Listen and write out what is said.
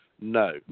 No